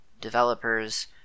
developers